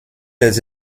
les